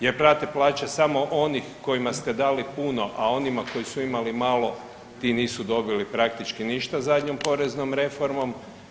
Jer prate plaće samo onih kojima ste dali puno, a onima koji su imali malo ti nisu dobili praktički ništa zadnjom poreznom reformom.